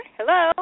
Hello